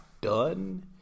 done